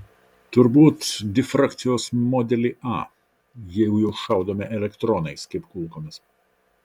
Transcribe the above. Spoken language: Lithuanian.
turbūt difrakcijos modelį a jeigu jau šaudome elektronais kaip kulkomis